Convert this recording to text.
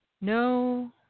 no